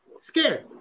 scared